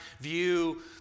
view